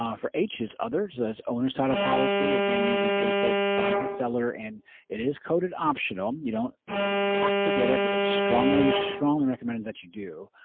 um for h is others, so that's owner's title policy. again, usually paid for by the seller and it is coded optional. you don't have to get it, but it's strongly, strongly recommended that you do.